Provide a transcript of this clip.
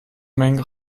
mengen